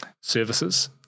services